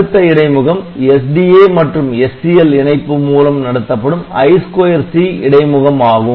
அடுத்த இடைமுகம் SDA மற்றும் SCL இணைப்பு மூலம் நடத்தப்படும் I2C இடைமுகம் ஆகும்